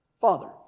father